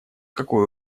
какой